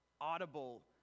audible